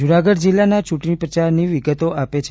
જૂનાગઢ જિલ્લાના ચૂંટણી પ્રચારની વિગતો આપે છે